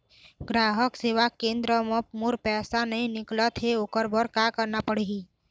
ग्राहक सेवा केंद्र म मोर पैसा नई निकलत हे, ओकर बर का करना पढ़हि?